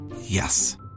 Yes